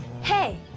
Hey